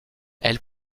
elle